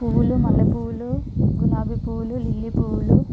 పువ్వులు మల్లె పువ్వులు గులాబీ పువ్వులు లిల్లీ పువ్వులు